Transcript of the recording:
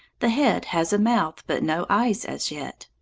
the head has a mouth, but no eyes as yet.